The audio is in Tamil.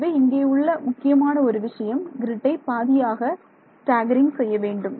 ஆகவே இங்கே உள்ள முக்கியமான ஒரு விஷயம் க்ரிட்டை பாதியாக ஸ்டாக்கரிங் செய்ய வேண்டும்